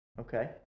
Okay